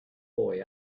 boy